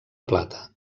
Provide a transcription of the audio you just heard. plata